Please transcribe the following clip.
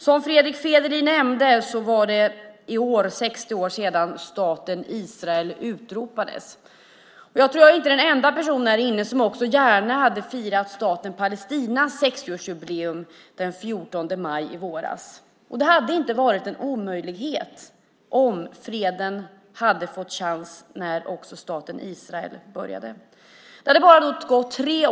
Som Fredrick Federley nämnde är det i år 60 år sedan staten Israel utropades. Jag tror inte att jag är den enda i kammaren som gärna också hade firat staten Palestinas 60-årsjubileum i våras, den 14 maj. Det hade inte varit en omöjlighet om freden fått en chans när staten Israel bildades 1948.